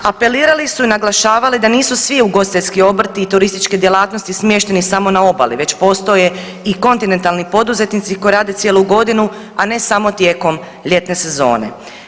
Apelirali su i naglašavali da nisu svi ugostiteljski obrti i turističke djelatnosti smješteni samo na obali već postoje i kontinentalni poduzetnici koji rade cijelu godinu, a ne samo tijekom ljetne sezone.